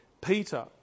Peter